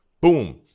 Boom